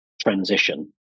transition